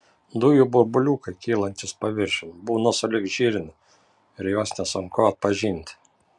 dujų burbuliukai kylantys paviršiun būna sulig žirniu ir juos nesunku atpažinti